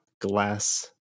glass